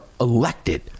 elected